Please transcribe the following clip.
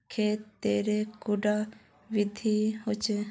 खेत तेर कैडा विधि होचे?